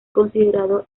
considerado